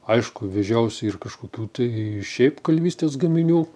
aišku vežiausi ir kažkokių tai šiaip kalvystės gaminių